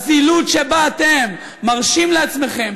הזילות שבה אתם מרשים לעצמכם,